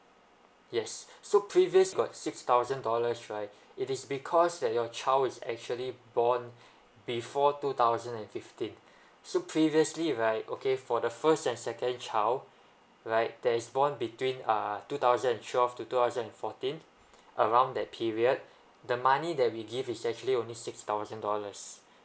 yes so previous got six thousand dollars right it is because that your child is actually born before two thousand and fifteen so previously right okay for the first and second child right that is born between uh two thousand and twelve to two thousand and fourteen around that period the money that we give is actually only six thousand dollars